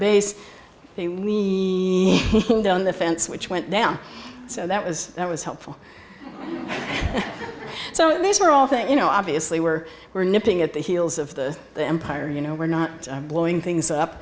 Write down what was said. base we need down the fence which went down so that was that was helpful so these are all things you know obviously we're we're nipping at the heels of the empire you know we're not blowing things up